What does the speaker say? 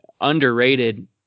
underrated